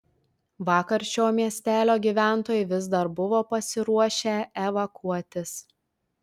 vakar šio miestelio gyventojai vis dar buvo pasiruošę evakuotis